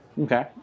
Okay